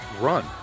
run